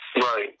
right